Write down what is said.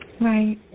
Right